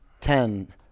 ten